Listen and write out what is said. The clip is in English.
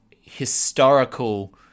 historical